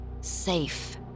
safe